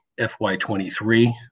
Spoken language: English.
FY23